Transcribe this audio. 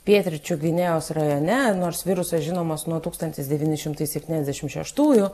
pietryčių gvinėjos rajone nors virusas žinomas nuo tūkstantis devyni šimtai septyniasdešimt šeštųjų